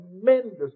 tremendous